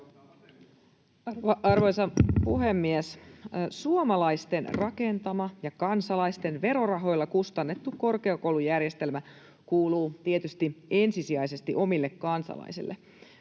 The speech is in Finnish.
Arvoisa puhemies! Suomalaisten rakentama ja kansalaisten verorahoilla kustannettu korkeakoulujärjestelmä kuuluu tietysti ensisijaisesti omille kansalaisille.